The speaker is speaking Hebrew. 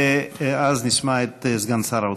ואז נשמע את סגן שר האוצר.